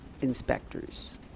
inspectors